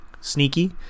sneaky